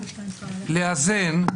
לאזן,